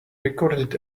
recorded